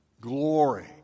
glory